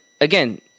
again